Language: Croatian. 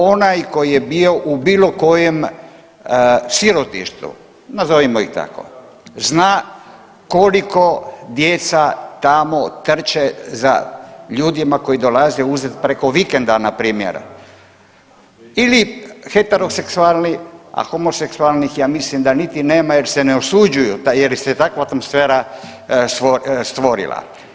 Onaj koji je bio u bilo kojem sirotištu, nazovimo ih tako, zna koliko djeca tamo trče za ljudima koji dolaze uzet preko vikenda na primjer ili heteroseksualni, a homoseksualnih ja mislim niti nema jer se usuđuju jer se takva atmosfera stvorila.